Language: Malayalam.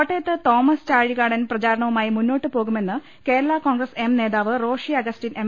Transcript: കോട്ടയത്ത് തോമസ് ചാഴികാടൻ പ്രചാരണവുമായി മുന്നോട്ട് പോകുമെന്ന് കേരള കോൺഗ്രസ് എം നേതാവ് റോഷി അഗസ്റ്റിൻ എം